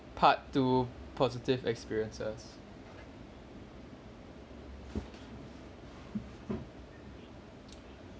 part two positive experiences